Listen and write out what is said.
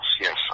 yes